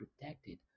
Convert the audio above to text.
protected